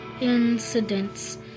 incidents